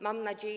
Mam nadzieję.